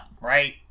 right